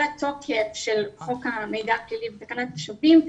לתוקף של חוק המידע הפלילי ותקנת השבים,